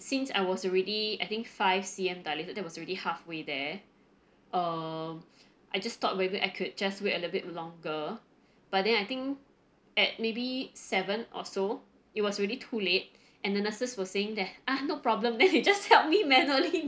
since I was already I think five C_M dilated that was already halfway there uh I just stopped maybe I could just wait a little bit longer but then I think at maybe seven or so it was really too late and the nurses were saying that ah no problem then they just help me manually